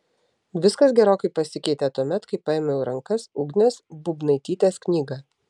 viskas gerokai pasikeitė tuomet kai paėmiau į rankas ugnės būbnaitytės knygą